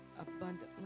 abundantly